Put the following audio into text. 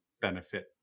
benefit